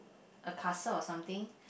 a castle or something